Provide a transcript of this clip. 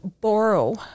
borrow